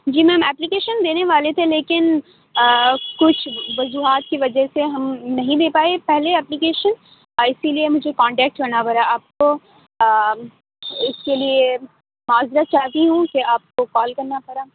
جی ma'am application دینے والے تھے لیکن کچھ وجوہات کی وجہ سے ہم نہیں دے پائے پہلے اپلیکیشن اسی لیے مجھے کانٹیکٹ ہونا پڑا آپ کو اس کے لیے معذرت چاہتی ہوں کہ آپ کو کال کرنا پڑا